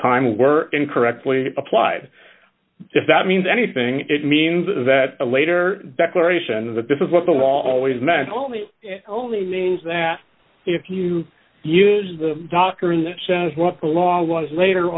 time were incorrectly applied if that means anything it means that a later declaration that this is what the law always meant only only means that if you use the doctrine that says what the law was later